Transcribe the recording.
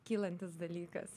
kylantis dalykas